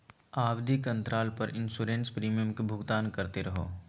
आवधिक अंतराल पर इंसोरेंस प्रीमियम के भुगतान करते रहो